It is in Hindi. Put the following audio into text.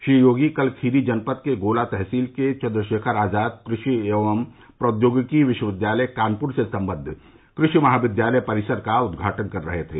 श्री योगी कल खीरी जनपद के गोला तहसील के चन्द्रशेखर आजाद कृषि एवं प्रौद्योगिकी विश्वविद्यालय कानपुर से सम्बद्ध कृषि महाविद्यालय परिसर का उद्घाटन कर रहे थे